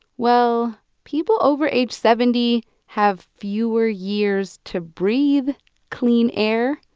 well, people over age seventy have fewer years to breathe clean air.